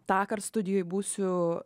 tąkart studijoj būsiu